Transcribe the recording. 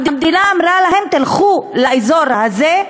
המדינה אמרה להם: תלכו לאזור הזה,